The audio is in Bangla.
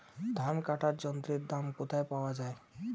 ধান কাটার যন্ত্রের দাম কোথায় পাওয়া যায়?